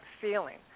feeling